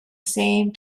same